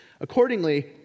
Accordingly